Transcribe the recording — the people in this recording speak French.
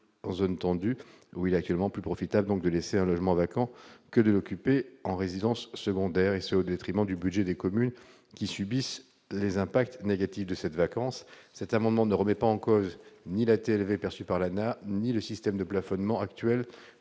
en zone tendue où il est actuellement plus profitable de laisser un logement vacant que de l'occuper en résidence secondaire, et ce au détriment du budget des communes qui subissent les impacts négatifs de cette vacance. Cet amendement ne remet en cause ni la taxe sur les logements vacants perçue par l'ANAH ni le système de plafonnement actuel